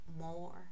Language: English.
more